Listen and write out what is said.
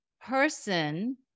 person